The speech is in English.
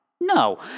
No